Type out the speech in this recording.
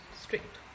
strict